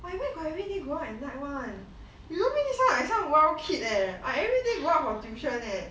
and I where got everyday go out at night one you don't make me sound like I'm some wild kid eh I everyday go out for tuition eh